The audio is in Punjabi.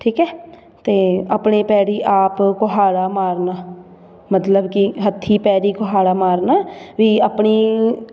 ਠੀਕ ਹੈ ਅਤੇ ਆਪਣੇ ਪੈਰ ਆਪ ਕੁਹਾੜਾ ਮਾਰਨਾ ਮਤਲਬ ਕਿ ਹੱਥੀਂ ਪੈਰ ਕੁਹਾੜਾ ਮਾਰਨਾ ਵੀ ਆਪਣੀ